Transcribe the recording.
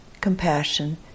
compassion